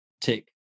tick